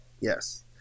Yes